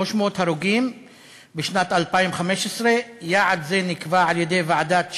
ההרוגים בשנת 2015. יעד זה נקבע על-ידי ועדת שיינין,